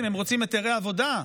הם רוצים היתרי עבודה?